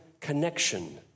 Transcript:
connection